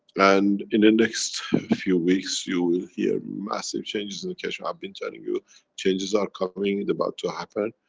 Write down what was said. and, in the next few weeks, you will hear massive changes in the keshe fou, i've been telling you changes are coming, and about to happen.